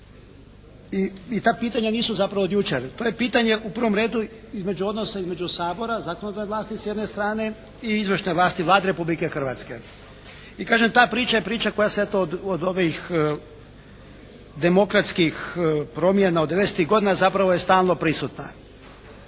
i ta pitanja nisu zapravo od jučer. To je pitanje u prvom redu između odnosa između Sabora zakonodavne vlasti s jedne strane i izvršne vlasti, Vlade Republike Hrvatske. I kažem ta priča je priča koja se eto od ovih demokratskih promjena od 90-tih godina zapravo je stalno prisutna.